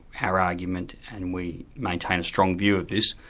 our argument, and we maintain a strong view of this,